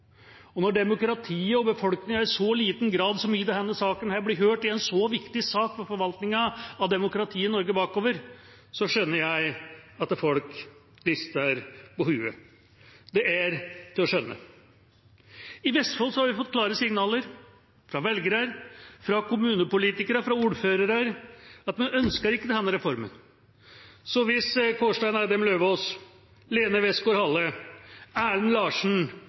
den. Når demokratiet og befolkningen blir hørt i så liten grad som i denne saken – i en så viktig sak for forvaltningen av demokratiet i Norge – skjønner jeg at folk rister på hodet. Det er til å skjønne. I Vestfold har vi fått klare signaler fra velgere, fra kommunepolitikere og fra ordførere om at de ikke ønsker denne reformen. Så hvis Kårstein Eidem Løvaas, Lene Westgaard-Halle, Erlend Larsen,